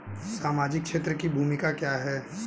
सामाजिक क्षेत्र की भूमिका क्या है?